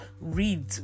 read